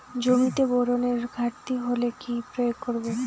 জমিতে বোরনের ঘাটতি হলে কি প্রয়োগ করব?